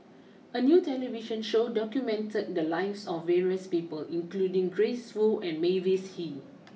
a new television show documented the lives of various people including Grace Fu and Mavis Hee